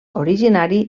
originari